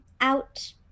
out